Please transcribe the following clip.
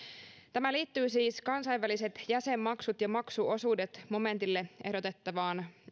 tämä liittyy siis kansainväliset jäsenmaksut ja maksuosuudet momentille ehdotettavaan